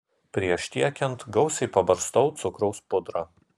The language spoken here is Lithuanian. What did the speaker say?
prieš tiekiant gausiai pabarstau cukraus pudra